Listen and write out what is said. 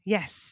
Yes